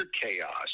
chaos